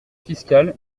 fiscal